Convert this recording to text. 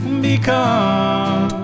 become